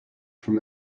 from